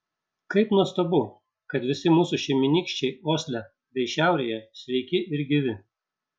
kaip nuostabu kad visi mūsų šeimynykščiai osle bei šiaurėje sveiki ir gyvi